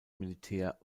militär